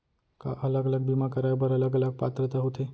का अलग अलग बीमा कराय बर अलग अलग पात्रता होथे?